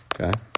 Okay